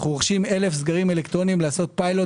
רוכשים אלף סגרים אלקטרוניים לעשות פילוט